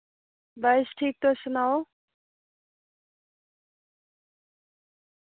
बस ठीक तुस सनाओ